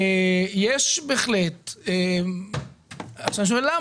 אני שואל למה.